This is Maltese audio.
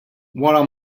wara